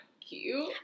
cute